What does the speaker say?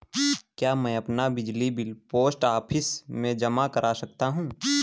क्या मैं अपना बिजली बिल पोस्ट ऑफिस में जमा कर सकता हूँ?